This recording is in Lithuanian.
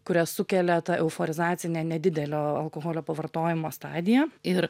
kurias sukelia ta euforizacinė nedidelio alkoholio pavartojimo stadija ir